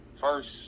first